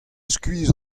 skuizh